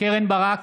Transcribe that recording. קרן ברק,